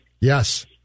Yes